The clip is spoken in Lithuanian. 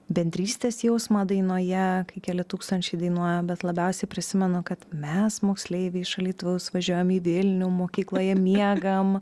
bendrystės jausmą dainoje kai keli tūkstančiai dainuoja bet labiausiai prisimenu kad mes moksleiviai iš alytaus važiuojam į vilnių mokykloje miegam